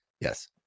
Yes